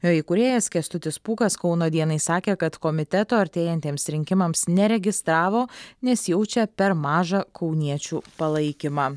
jo įkūrėjas kęstutis pūkas kauno dienai sakė kad komiteto artėjantiems rinkimams neregistravo nes jaučia per mažą kauniečių palaikymą